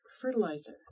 fertilizer